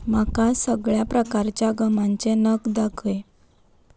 म्हाका सगळ्या प्रकारच्या गमांचे नग दाखय